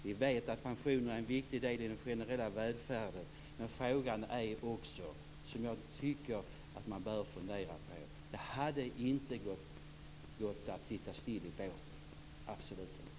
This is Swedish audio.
Vi vet att pensionerna är en viktig del i den generella välfärden. Men det är också så, och det tycker jag att man bör fundera på: Det hade inte gått att sitta still i båten - absolut inte.